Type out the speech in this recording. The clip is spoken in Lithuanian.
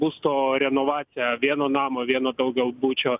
būsto renovacija vieno namo vieno daugiabučio